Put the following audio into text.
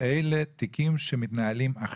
שאלה תיקים שמתנהלים עכשיו.